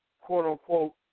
quote-unquote